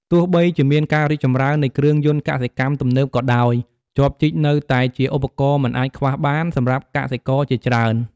ទោះបីជាមានការរីកចម្រើននៃគ្រឿងយន្តកសិកម្មទំនើបក៏ដោយ ចបជីកនៅតែជា ឧបករណ៍មិនអាចខ្វះបាន សម្រាប់កសិករជាច្រើន។